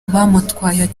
bamutwaye